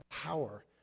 power